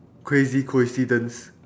crazy coincidence